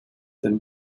than